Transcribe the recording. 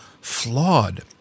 flawed